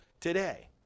today